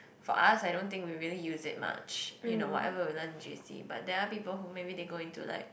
for us I don't think we really use it much you know whatever we learn in J_C but there are people who maybe they go into like